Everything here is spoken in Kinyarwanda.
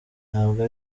ntabwo